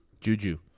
Juju